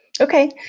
Okay